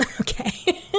Okay